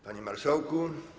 Panie Marszałku!